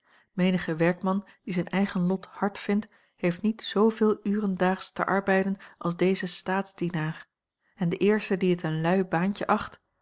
menige werkman die zijn eigen lot hard vindt heeft niet zsveel uren daags te arbeiden als deze staatsdienaar en de eerste die het een lui baantje acht